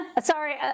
sorry